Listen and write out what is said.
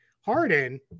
Harden